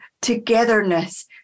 togetherness